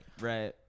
Right